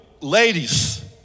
ladies